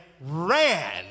ran